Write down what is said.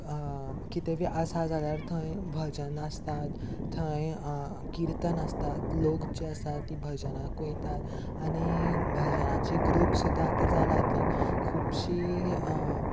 लायक कितें बी आसा जाल्यार थंय भजन आसतात थंय किर्तन आसतात लोक जे आसा ती भजनांक वयतात आनी भजनाची ग्रूप सुद्दां आतां जालात लायक खुबशीं